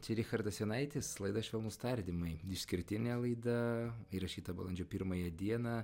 čia richardas jonaitis laida švelnūs tardymai išskirtinė laida įrašyta balandžio pirmąją dieną